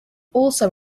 also